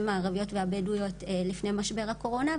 הערביות והבדואיות לפני משבר הקורונה.